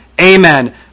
amen